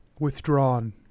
withdrawn